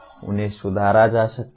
उन्हें सुधारा जा सकता है